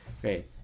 Great